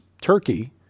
Turkey